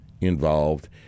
involved